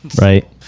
Right